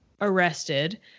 arrested